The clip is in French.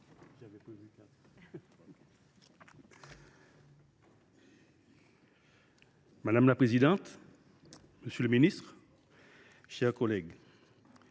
Madame la présidente, monsieur le ministre, mes chers collègues,